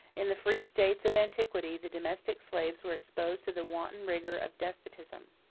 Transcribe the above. in the free states of antiquity, the domestic slaves were exposed to the wanton rigor of despotism.